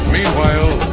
Meanwhile